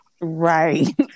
right